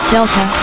Delta